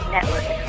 Network